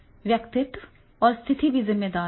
यह व्यक्तित्व और स्थिति है जो जिम्मेदार है